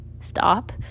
Stop